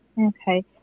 Okay